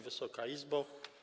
Wysoka Izbo!